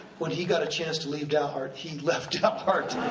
when he got a chance to leave dalhart, he left ah dalhart.